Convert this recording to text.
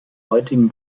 heutigen